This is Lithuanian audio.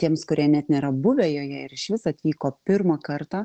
tiems kurie net nėra buvę joje ir išvis atvyko pirmą kartą